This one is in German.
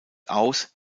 aus